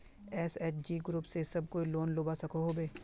SHG group से सब कोई लोन लुबा सकोहो होबे?